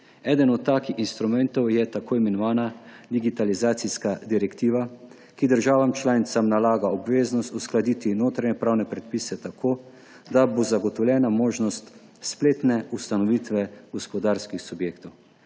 Eden od takih instrumentov je tako imenovana digitalizacijska direktiva, ki državam članicam nalaga obveznost uskladiti notranje pravne predpise tako, da bo zagotovljena možnost spletne ustanovitve gospodarskih subjektov.